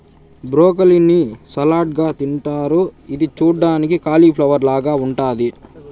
broccoli ని salad గా తింటారు ఇది చూడ్డానికి కాలిఫ్లవర్ లాగ ఉంటాది